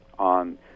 on